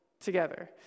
together